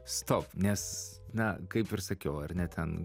stop nes na kaip ir sakiau ar ne ten